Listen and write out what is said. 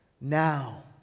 now